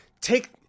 take